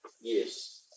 Yes